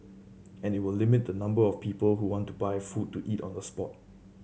and it will limit the number of people who want to buy food to eat on the spot